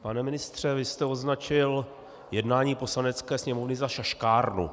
Pane ministře, vy jste označil jednání Poslanecké sněmovny za šaškárnu.